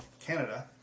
Canada